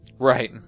Right